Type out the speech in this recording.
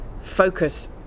focus